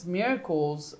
miracles